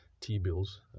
T-bills